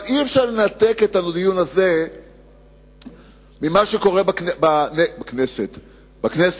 אבל אי-אפשר לנתק את הדיון הזה ממה שקורה בנגב כולו.